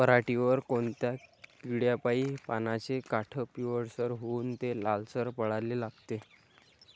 पऱ्हाटीवर कोनत्या किड्यापाई पानाचे काठं पिवळसर होऊन ते लालसर पडाले लागते?